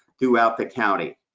throughout the county.